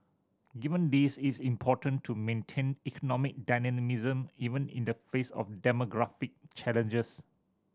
given this it is important to maintain economic dynamism even in the face of demographic challenges